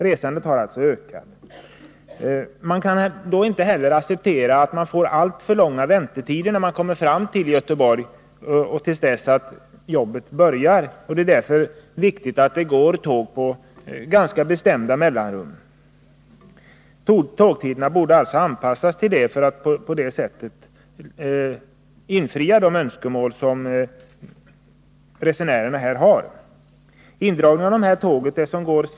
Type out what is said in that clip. Resandet har alltså ökat. Man kan då inte heller acceptera att det blir alltför långa väntetider från det att man kommer fram till Göteborg och till dess att jobbet börjar. Det är därför viktigt att det går tåg med regelbundna mellanrum. Tågtiderna borde alltså anpassas för att uppfylla de önskemål som resenärerna har på den punkten. Indragningen av tågen kl.